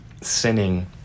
sinning